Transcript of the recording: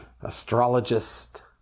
astrologist